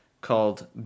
called